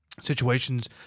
situations